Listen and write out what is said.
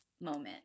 moment